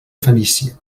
fenícia